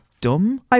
dumb